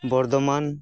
Bardhaman